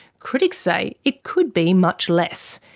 critics say it could be much less.